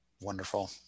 Wonderful